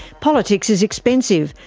politics is expensive,